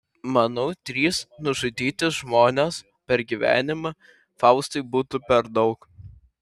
manau trys nužudyti žmonės per gyvenimą faustui būtų per daug